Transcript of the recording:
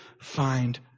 find